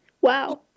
Wow